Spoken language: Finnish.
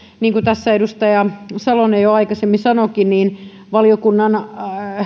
niin kuin tässä edustaja salonen jo aikaisemmin sanoikin valiokunnan